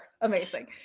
Amazing